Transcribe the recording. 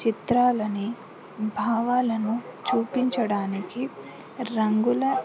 చిత్రాలని భావాలను చూపించడానికి రంగుల